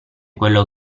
quello